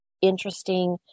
interesting